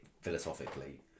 philosophically